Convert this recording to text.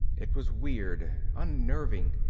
it was weird, unnerving.